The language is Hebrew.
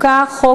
חוק